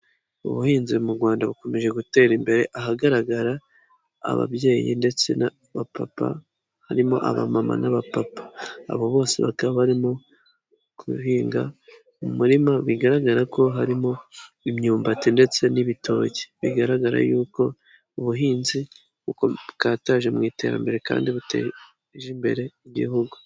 Ubuhinzi mu rwanda bukomeje gutera imbere ahagaragara ababyeyi ndetse n'abapapa harimo aba mama n'abapapa abo bose bataba barimo guhinga mu murima bigaragara ko harimo imyumbati ndetse n'ibitoki bigaragara yuko ubuhinzi bukataje mu iterambere kandi buteje imbere igihugu.